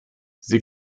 sie